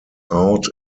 out